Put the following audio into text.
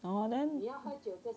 oh then